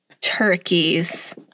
turkeys